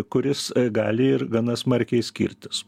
kuris gali ir gana smarkiai skirtis